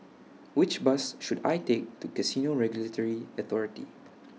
Which Bus should I Take to Casino Regulatory Authority